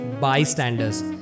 bystanders